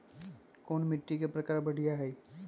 कोन मिट्टी के प्रकार बढ़िया हई?